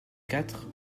quatre